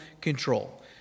control